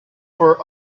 for